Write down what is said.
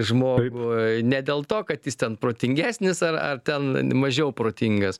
žmogų ne dėl to kad jis ten protingesnis ar ar ten n mažiau protingas